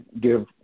give